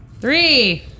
Three